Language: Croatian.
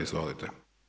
Izvolite.